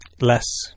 Less